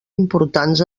importants